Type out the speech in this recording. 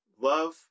love